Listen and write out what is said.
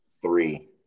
Three